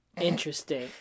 interesting